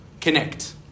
connect